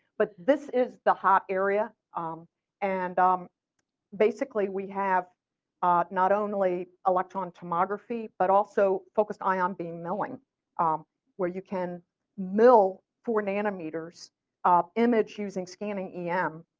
but this is the hot area um and um basically we have ah not only electron tomography but focused ion beam knowing um where you can mill four nanometers ah image using scanning yeah em,